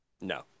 No